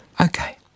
Okay